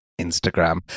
Instagram